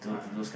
uh